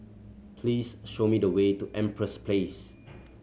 please show me the way to Empress Place